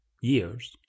years